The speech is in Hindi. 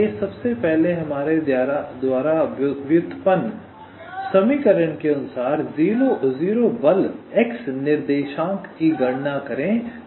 आइए सबसे पहले हमारे द्वारा व्युत्पन्न समीकरण के अनुसार 0 बल x निर्देशांक की गणना करें